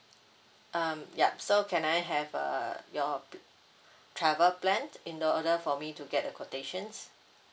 um yup so can I have uh your pl~ travel plan in order for me to get the quotations